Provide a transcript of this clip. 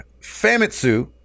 Famitsu